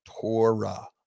Torah